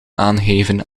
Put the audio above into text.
aangeven